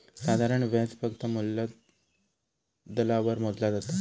साधारण व्याज फक्त मुद्दलावर मोजला जाता